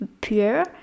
pure